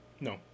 no